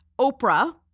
Oprah